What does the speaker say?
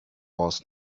was